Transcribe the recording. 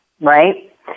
right